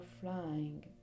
flying